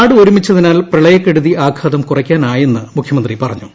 നാട് ഒരുമിച്ചതിനാൽ പ്രളയക്കെടുതി ആഘാതം കുറയ്ക്കാനായെന്ന് മുഖ്യമന്ത്രി പറഞ്ഞു